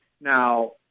Now